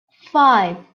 five